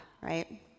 right